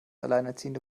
alleinerziehende